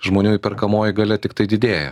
žmonių įperkamoji galia tiktai didėja